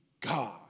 God